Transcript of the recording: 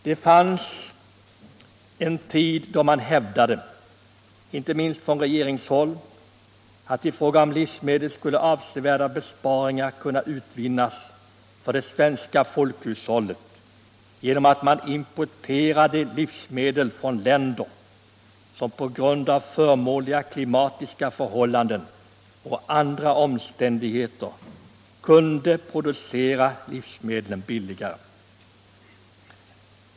Det fanns en tid då man hävdade — inte minst från regeringshåll — att avsevärda besparingar skulle kunna utvinnas för det svenska folkhushållet genom att man importerade livsmedel från länder som på grund av förmånliga klimatiska förhållanden och andra omständigheter kunde producera livsmedlen billigare.